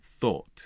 thought